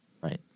Right